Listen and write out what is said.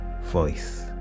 voice